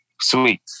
Sweet